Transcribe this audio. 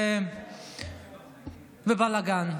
ובלגן.